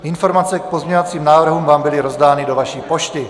Informace k pozměňovacím návrhům vám byly rozdány do vaší pošty.